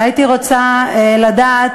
והייתי רוצה לדעת